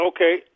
Okay